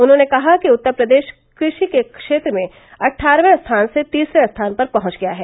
उन्होंने कहा कि उत्तर प्रदेश कृष्टि के क्षेत्र में अट्ठारहवें स्थान से तीसरे स्थान पर पहुंच गया है